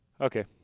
Okay